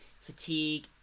fatigue